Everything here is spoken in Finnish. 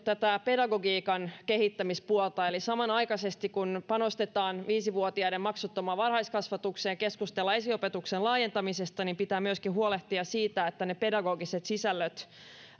pedagogiikan kehittämispuolta eli samanaikaisesti kun panostetaan viisi vuotiaiden maksuttomaan varhaiskasvatukseen ja keskustellaan esiopetuksen laajentamisesta pitää myöskin huolehtia siitä että pedagogiset sisällöt